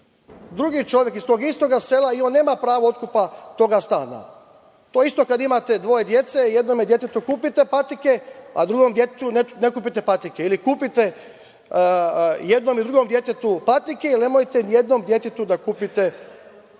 drugi čovek iz tog istog sela i on nema pravo otkupa tog stana. To je isto kada imate dvoje dece, pa jednom detetu kupite patike, a drugom detetu ne kupite patike, ili kupite jednom i drugom detetu patike, ili nemojte ni jednom detetu da kupite patike,